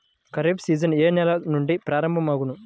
Kharif season ఏ నెల నుండి ప్రారంభం అగును?